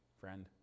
friend